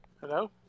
Hello